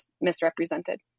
misrepresented